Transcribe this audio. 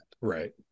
right